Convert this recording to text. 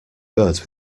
birds